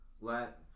let